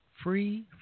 Free